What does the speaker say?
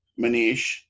Manish